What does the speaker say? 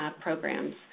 programs